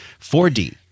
4D